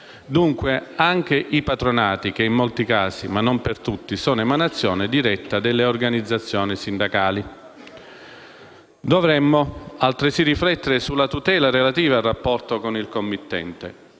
dunque anche i patronati che in molti casi, ma non per tutti, sono emanazione diretta delle organizzazioni sindacali. Dovremmo, altresì, riflettere sulle tutele relative al rapporto con il committente.